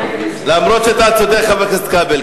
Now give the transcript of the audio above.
זה על צער בעלי-חיים.